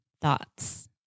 thoughts